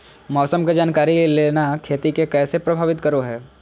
मौसम के जानकारी लेना खेती के कैसे प्रभावित करो है?